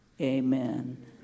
Amen